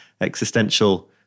existential